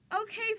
Okay